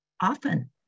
often